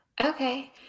Okay